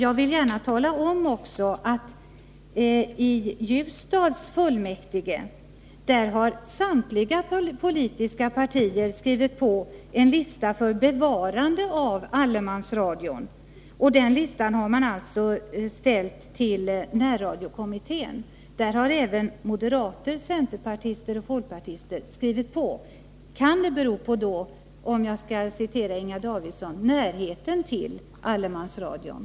Jag vill gärna tala om att samtliga politiska partier i Ljusdals kommunfullmäktige har skrivit på en lista för bevarande av allemansradion. Den listan har man ställt till närradiokommittén. Den har alltså även moderater, centerpartister och folkpartister skrivit på. Kan det bero, för att citera Inga Davidsson, på ”närheten till platsen för verksamheten”?